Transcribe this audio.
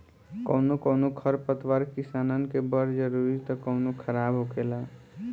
कौनो कौनो खर पतवार किसानन के बड़ जरूरी त कौनो खराब होखेला